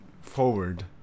forward